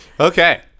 Okay